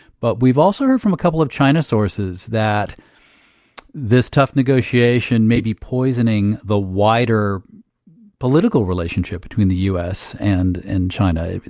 but we've also heard from a couple of china sources that this tough negotiation may be poisoning the wider political relationship between the u s. and and china. but